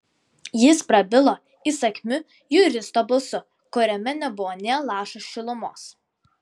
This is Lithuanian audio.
jis prabilo įsakmiu juristo balsu kuriame nebuvo nė lašo šilumos